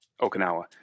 Okinawa